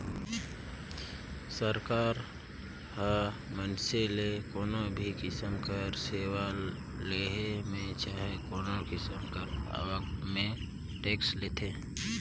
सरकार ह मइनसे ले कोनो भी किसिम कर सेवा लेहे में चहे कोनो किसिम कर आवक में टेक्स लेथे